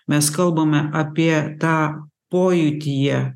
mes kalbame apie tą pojūtyje